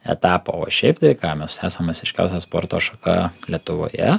etapą o šiaip tai ką mes esam masiškiausia sporto šaka lietuvoje